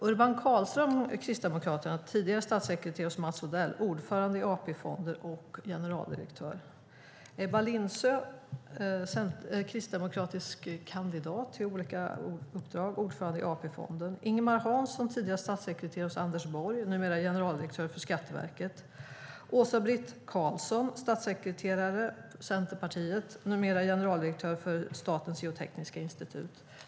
Urban Karlström, Kristdemokraterna, var tidigare statssekreterare hos Mats Odell och är nu ordförande i AP-fond och generaldirektör. Ebba Lindsö var kristdemokratisk kandidat till olika uppdrag och är nu ordförande i AP-fond. Ingemar Hansson var tidigare statssekreterare hos Anders Borg och är numera generaldirektör för Skatteverket. Åsa-Britt Karlsson var tidigare centerpartistisk statssekreterare och är numera generaldirektör för Statens geotekniska institut.